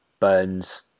burns